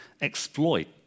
exploit